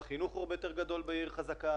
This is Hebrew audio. מענקי